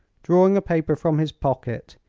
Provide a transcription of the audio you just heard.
drawing a paper from his pocket,